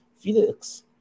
Felix